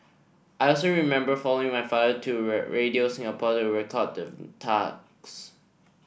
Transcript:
I also remember following my father to Radio Singapore to record the talks